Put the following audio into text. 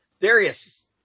Darius